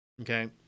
okay